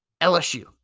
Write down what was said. LSU